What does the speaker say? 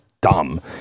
dumb